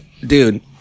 dude